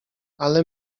ale